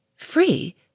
Free